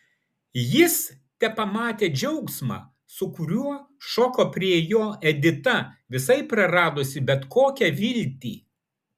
jis tepamatė džiaugsmą su kuriuo šoko prie jo edita visai praradusi bet kokią viltį